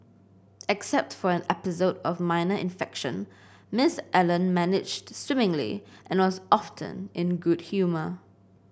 except for an episode of minor infection Miss Allen managed swimmingly and was often in good humour